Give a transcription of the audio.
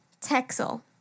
Texel